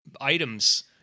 items